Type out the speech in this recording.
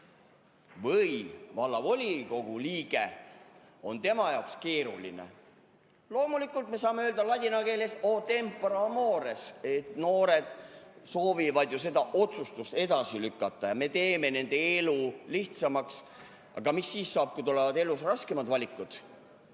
või vallavolikogu liige, on tema jaoks keeruline. Loomulikult, me saame öelda ladina keeleso tempora, o mores. Noored soovivad ju seda otsust edasi lükata ja me teeme nende elu lihtsamaks. Aga mis siis saab, kui tulevad elus raskemad valikud?